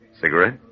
Cigarette